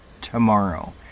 tomorrow